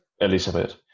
elizabeth